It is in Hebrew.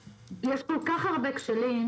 יש כל כך הרבה כשלים.